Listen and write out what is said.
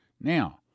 Now